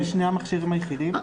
אלה שני המכשירים היחידים?